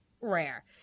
rare